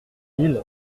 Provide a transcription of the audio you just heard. mille